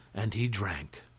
and he drank.